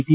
T